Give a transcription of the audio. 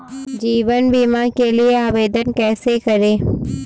जीवन बीमा के लिए आवेदन कैसे करें?